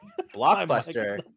Blockbuster